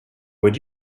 would